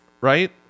right